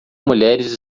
mulheres